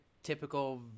Typical